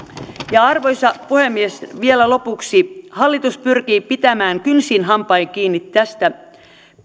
ja arvoisa puhemies vielä lopuksi hallitus pyrkii pitämään kynsin hampain kiinni tästä